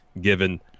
given